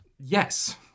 Yes